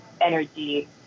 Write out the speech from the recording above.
energy